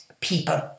people